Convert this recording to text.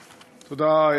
תודה.